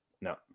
no